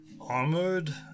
armored